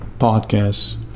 podcast